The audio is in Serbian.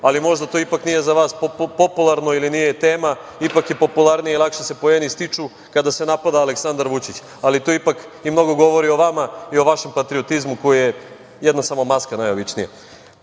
Ali, možda to ipak nije za vas popularno ili nije tema. Ipak je popularnije i lakše se poeni stiču kada se napada Aleksandar Vučić. To mnogo govori i o vama i o vašem patriotizmu koji je jedna samo maska najobičnija. Govorite